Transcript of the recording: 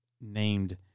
named